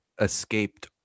escaped